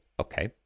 okay